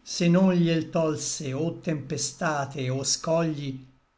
se non gliel tolse o tempestate o scogli